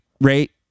rate